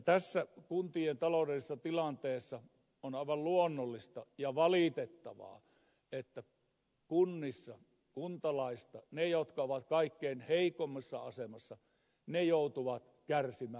tässä kuntien taloudellisessa tilanteessa on aivan luonnollista ja valitettavaa että kunnissa kuntalaisista ne jotka ovat kaikkein heikoimmassa asemassa joutuvat kärsimään eniten